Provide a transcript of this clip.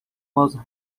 was